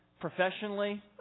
professionally